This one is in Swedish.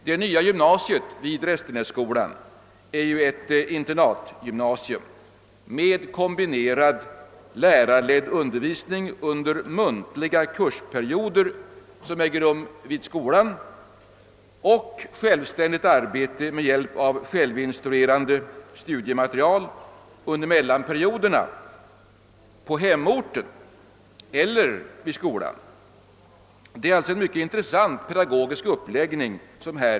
Det nya gymnasiet vid Restenässkolan är ett internatgymnasium med kombinerad lärarledd undervisning under muntliga kursperioder vid skolan och självständigt arbete med hjälp av självinstruerande studiematerial under mellanperioderna på hemorten eller vid skolan. Det är alltså fråga om en mycket intressant padagogisk uppläggning.